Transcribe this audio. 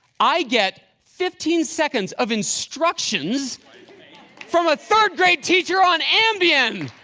i get fifteen seconds of instructions from a third-grade teacher on ambien!